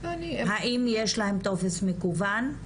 האם יש להם טופס מקוון?